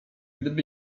gdyby